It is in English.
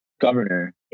governor